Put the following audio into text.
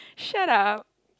shut up